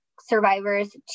survivors